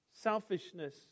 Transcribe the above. selfishness